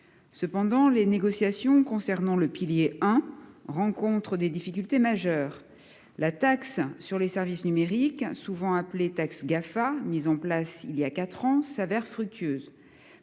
Cependant, les négociations concernant le pilier 1 rencontrent des difficultés majeures. La taxe sur les services numériques, souvent appelée taxe Gafa, mise en place voilà quatre ans, se révèle fructueuse.